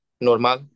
Normal